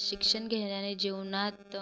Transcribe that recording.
शिक्षन घेण्याने जीवनात